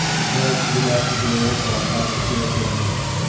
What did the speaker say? a crowd stood about the door, while father sturt went in.